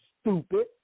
stupid